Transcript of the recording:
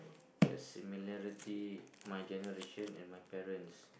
the similarity my generation and my parents